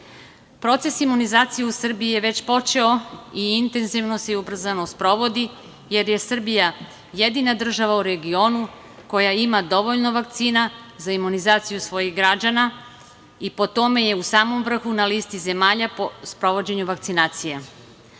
meseci. Proces imunizacije u Srbiji je već počeo i intenzivno se i ubrzano sprovodi jer je Srbija jedina država u regionu koja ima dovoljno vakcina za imunizaciju svojih građana i po tome je u samom vrhu na listi zemalja po sprovođenju vakcinacije.